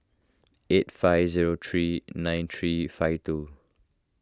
eight five zero three nine three five two